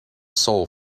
soul